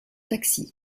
taxi